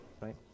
right